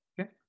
Okay